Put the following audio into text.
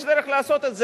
יש דרך לעשות את זה.